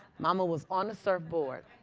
mama was on a surfboard